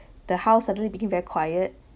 the house suddenly became very quiet